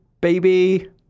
baby